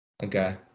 Okay